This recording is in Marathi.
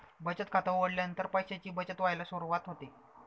बचत खात उघडल्यानंतर पैशांची बचत व्हायला सुरवात होते